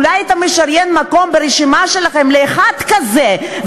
אולי אתה משריין מקום ברשימה שלכם לאחד כזה,